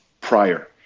prior